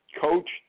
Coach